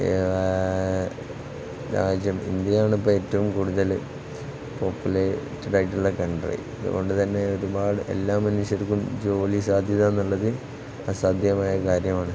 രാജ്യം ഇന്ത്യയാണിപ്പം ഏറ്റവും കൂടുതല് പോപ്പുലേറ്റഡ് ആയിട്ടുള്ള കൺട്രി അതുകൊണ്ട് തന്നെ ഒരുപാട് എല്ലാം മനുഷ്യർക്കും ജോലി സാധ്യതയെന്നുള്ളത് അസാധ്യമായ കാര്യമാണ്